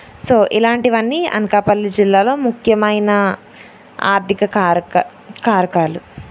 so ఇలాంటివన్నీ అనకాపల్లి జిల్లాలో ముఖ్యమైన ఆర్థిక కారక కారకాలు